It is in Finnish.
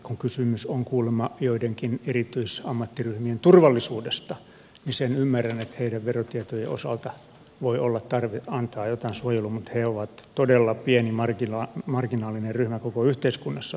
kun kysymys on kuulemma joidenkin erityisammattiryhmien turvallisuudesta niin sen ymmärrän että heidän verotietojensa osalta voi olla tarve antaa jotain suojelua mutta he ovat todella pieni marginaalinen ryhmä koko yhteiskunnassa